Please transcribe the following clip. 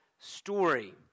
story